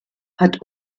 hat